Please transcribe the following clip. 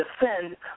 defend